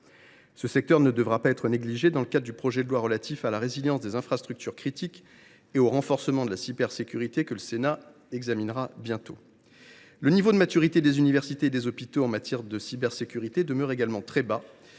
Ce secteur ne devra pas être négligé dans le cadre du projet de loi relatif à la résilience des infrastructures critiques et au renforcement de la cybersécurité, que le Sénat examinera bientôt. Le niveau de maturité des universités et des hôpitaux à cet égard demeure très bas.